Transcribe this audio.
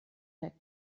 der